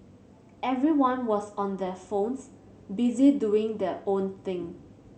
everyone was on their phones busy doing their own thing